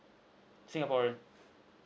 singaporean